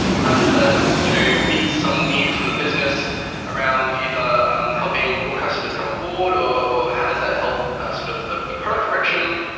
how does that you know meet some need from the business around either um helping more customers come aboard or or how does that help sort of the the product direction?